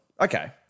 Okay